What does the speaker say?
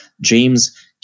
James